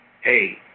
Hey